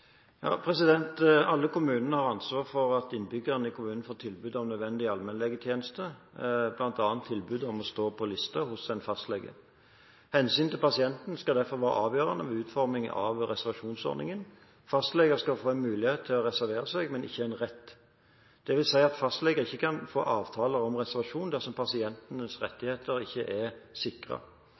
Alle kommuner har ansvar for at innbyggerne i kommunen får tilbud om nødvendige allmennlegetjenester, bl.a. tilbud om å stå på liste hos en fastlege. Hensynet til pasienten skal derfor være avgjørende ved utformingen av reservasjonsordningen. Fastlegene skal få en mulighet til å reservere seg, men ikke en rett. Det vil si at en fastlege ikke kan få avtale om reservasjon dersom pasientenes rettigheter ikke er